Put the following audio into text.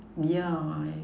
yeah